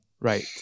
right